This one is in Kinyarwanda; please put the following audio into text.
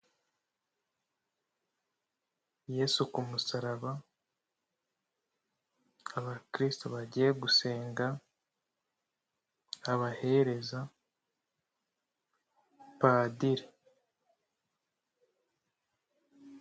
Yesu ku musaraba, abakirisitu bagiye gusenga, abahereza, Padiri.